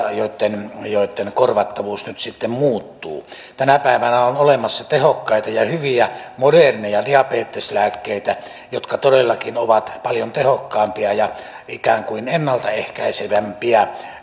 joitten joitten korvattavuus nyt sitten muuttuu tänä päivänä on olemassa tehokkaita ja hyviä moderneja diabeteslääkkeitä jotka todellakin ovat paljon tehokkaampia ja ikään kuin ennalta ehkäisevämpiä